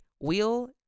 Wheel